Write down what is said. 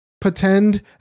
pretend